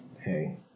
hey